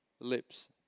lips